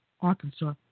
Arkansas